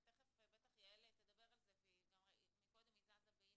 ותיכף בטח יעל תדבר על זה וגם מקודם היא זזה באי